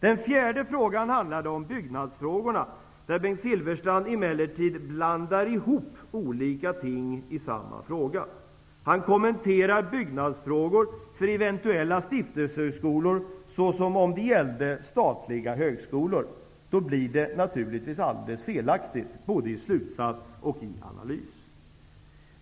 Den fjärde frågan handlade om byggnadsfrågorna, där Bengt Silfverstrand emellertid blandar ihop olika ting i samma fråga. Han kommenterar byggnadsfrågor för eventuella stiftelsehögskolor, som om det gällde statliga högskolor. Då blir det naturligtvis alldeles felaktigt, både i slutsats och i analys.